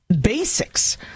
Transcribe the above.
basics